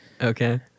Okay